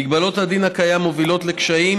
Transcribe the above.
מגבלות הדין הקיים מובילות לקשיים